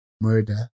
Murder